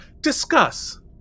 discuss